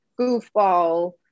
goofball